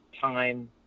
time